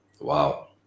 wow